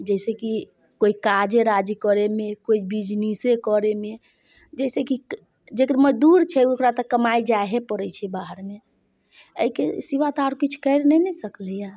जैसे की कोइ काजे राज करैमे कोइ बिजनीसे करैमे जैसे की जकरा दूर छै ओकरा तऽ कमाइ जाहे पड़ै छै बाहरमे अइके सिवा तऽ आओरर किछु करि नहि ने सकैयऽ